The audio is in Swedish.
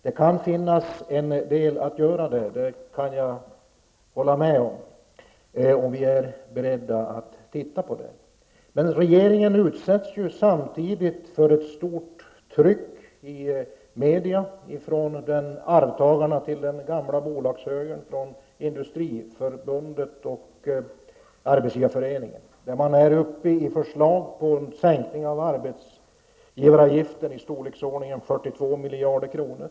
Jag kan hålla med om att det finns en del att göra där, och vi är beredda att titta på det. Regeringen utsätts samtidigt i media för ett stort tryck från arvtagarna till den gamla bolagshögern i Industriförbundet och Arbetsgivareföreningen, med förslag om en sänkning av arbetsgivaravgiften i storleksordningen 42 miljarder kronor.